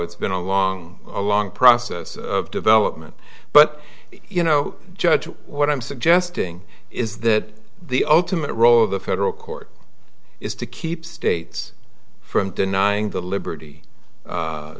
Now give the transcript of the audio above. it's been a long long process of development but you know judge what i'm suggesting is that the ultimate role of the federal court is to keep states from denying the liberty